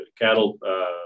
cattle